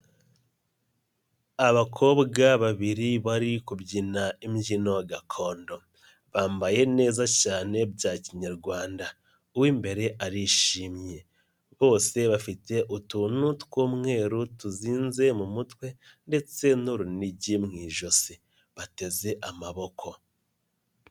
Abakobwa babiri bari kubyina imbyino gakondo, bambaye neza cyane bya kinyarwanda, uw'imbere arishimye, bose bafite utuntu tw'umweru tuzinze mu mutwe ndetse n'urunigi mu ijosi bateze amaboko.